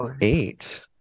eight